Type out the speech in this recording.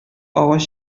агач